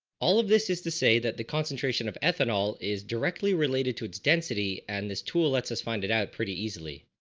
all of this is to say that the concentration of ethanol is directly related to its density and this tool lets us find it out pretty easily.